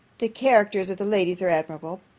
the characters of the ladies are admirable.